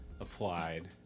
Applied